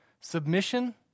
submission